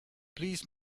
please